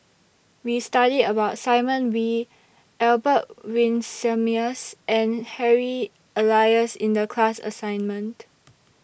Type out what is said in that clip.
We studied about Simon Wee Albert Winsemius and Harry Elias in The class assignment